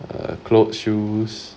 err clothes shoes